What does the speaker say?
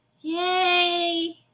Yay